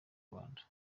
rwanda